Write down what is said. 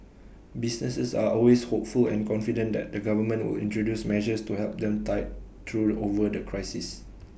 businesses are always hopeful and confident that the government will introduce measures to help them tide through over the crisis